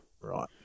Right